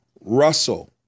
Russell